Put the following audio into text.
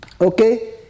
Okay